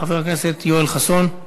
חבר הכנסת יואל חסון,